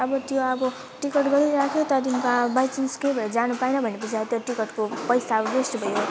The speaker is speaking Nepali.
अब त्यो अब टिकट गरिराख्यो त्यहाँदेखिको अब बाइ चान्स केही भएर जानु पाएन भने पछि अब त्यो टिकटको पैसा अब वेस्ट भयो